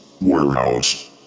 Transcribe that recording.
warehouse